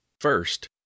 First